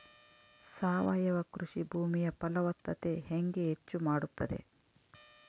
ಸಾವಯವ ಕೃಷಿ ಭೂಮಿಯ ಫಲವತ್ತತೆ ಹೆಂಗೆ ಹೆಚ್ಚು ಮಾಡುತ್ತದೆ?